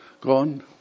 gone